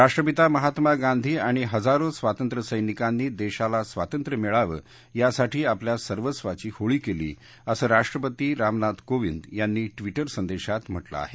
राष्ट्रपिता महात्मा गांधी आणि हजारो स्वातंत्र्यसैनिकांनी देशाला स्वातंत्र्य मिळावं यासाठी आपल्या सर्वस्वाची होळी केली असं राष्ट्रपती रामनाथ कोविंद यांनी ट्विटर संदेशात म्हटलं आहे